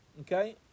Okay